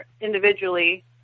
individually